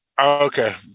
Okay